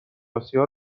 آسیا